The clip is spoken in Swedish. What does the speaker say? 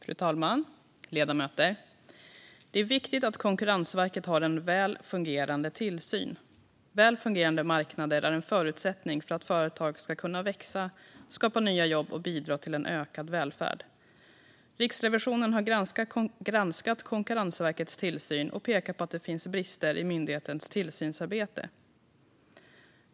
Fru talman! Ledamöter! Det är viktigt att Konkurrensverket har en väl fungerande tillsyn. Väl fungerande marknader är en förutsättning för att företag ska kunna växa, skapa nya jobb och bidra till ökad välfärd. Riksrevisionen har granskat Konkurrensverkets tillsyn och pekar på att det finns brister i myndighetens tillsynsarbete.